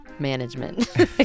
management